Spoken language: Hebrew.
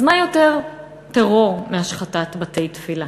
אז מה יותר טרור מהשחתת בתי-תפילה?